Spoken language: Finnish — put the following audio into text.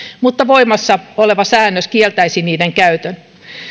mutta voimassa oleva säännös kieltäisi niiden käytön